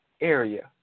area